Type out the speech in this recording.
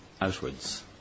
outwards